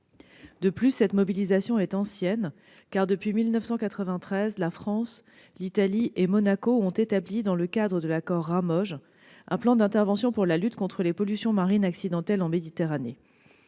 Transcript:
renforcé. Cette mobilisation est ancienne, car, depuis 1993, la France, l'Italie et Monaco ont établi, dans le cadre de l'accord Ramoge, un plan d'intervention pour la lutte contre les pollutions marines accidentelles en Méditerranée.